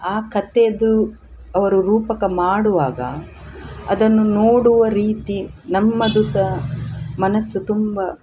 ಆ ಕಥೇದು ಅವರು ರೂಪಕ ಮಾಡುವಾಗ ಅದನ್ನು ನೋಡುವ ರೀತಿ ನಮ್ಮದು ಸಹ ಮನಸ್ಸು ತುಂಬ